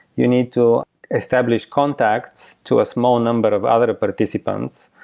you need to establish contacts to a small number of other participants,